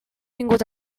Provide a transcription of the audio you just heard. vingut